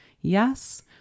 Yes